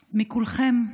מכולכם,